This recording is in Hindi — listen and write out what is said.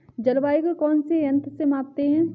जलवायु को कौन से यंत्र से मापते हैं?